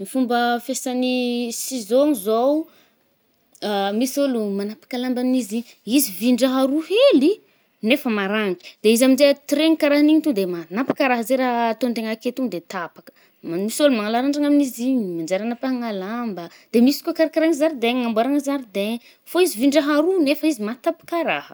Ny fômba fiasagn’ny ciseaux amy zao oh, misy ôlo manàpka lamba amin’izy i, izy vin-draha ro hely nefa maragnitry, de izy aminje edy tiregny karahan’igny de manàpaka karaha zay raha tôantegna ake to de tapaka. Man-Misy ôlo manàla randragna amin’izîgny manjary anapahagna lamba. De misy koà karakarahagny zaridegny, amboàragna zardin. Fô izy vin-drahà ro nefa izy mahatapka rahaha.